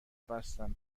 بستم